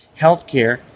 Healthcare